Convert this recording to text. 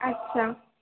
আচ্ছা